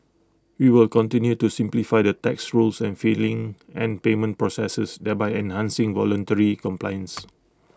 we will continue to simplify the tax rules and filing and payment processes thereby enhancing voluntary compliance